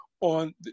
on